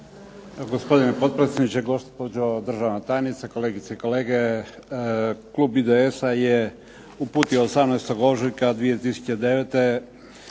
Gospodine potpredsjedniče, gospođo državna tajnice, kolegice i kolege. Klub IDS-a je uputio 18. ožujka 2009.